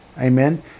amen